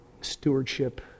stewardship